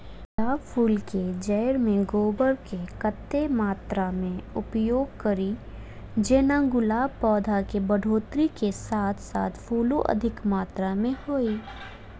गुलाब फूल केँ जैड़ मे गोबर केँ कत्ते मात्रा मे उपयोग कड़ी जेना गुलाब पौधा केँ बढ़ोतरी केँ साथ साथ फूलो अधिक मात्रा मे होइ?